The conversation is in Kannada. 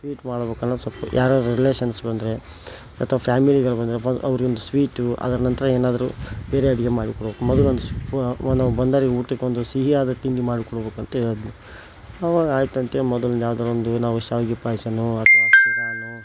ಸ್ವೀಟ್ ಮಾಡ್ಬೇಕೇನು ಸ್ವಲ್ಪ ಯಾರಾದರೂ ರಿಲೇಷನ್ಸ್ ಬಂದರೆ ಅಥವಾ ಫ್ಯಾಮಿಲಿಗಳು ಬಂದರೆ ಅವ್ರ್ಗೊಂದು ಸ್ವೀಟು ಅದ್ರ ನಂತರ ಏನಾದರೂ ಬೇರೆ ಅಡುಗೆ ಮಾಡಬೇಕು ಮೊದಲೊಂದು ಸ್ಪ್ ನಾವು ಬಂದೋರಿಗೆ ಊಟಕ್ಕೊಂದು ಸಿಹಿಯಾದ ತಿಂಡಿ ಮಾಡಿಕೊಡ್ಬೇಕು ಅಂತ್ಹೇಳಿದೆ ಆವಾಗ ಅಯಿತಂತೇಳಿ ಮೊದಲೊಂದು ಯಾವುದೋ ಒಂದು ದಿನ ಶಾವ್ಗೆ ಪಾಯಸನೋ ಅಥವಾ ಶಿರಾನೋ